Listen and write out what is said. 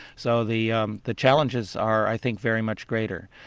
so the um the challenges are i think very much greater.